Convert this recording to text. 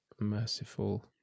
merciful